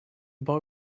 boy